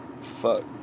Fuck